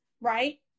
right